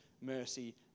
mercy